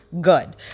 good